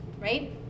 right